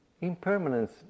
impermanence